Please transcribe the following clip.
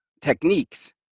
techniques